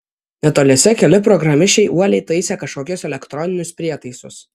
netoliese keli programišiai uoliai taisė kažkokius elektroninius prietaisus